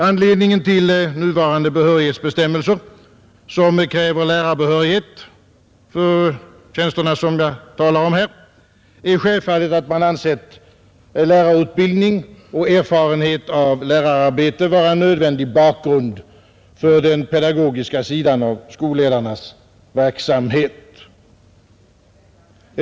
Anledningen till nuvarande behörighetsbestämmelser är självfallet, att man ansett lärarutbildning och erfarenhet av lärararbete vara en nödvändig bakgrund för den pedagogiska sidan av dessa skolledares verksamhet.